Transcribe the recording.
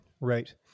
Right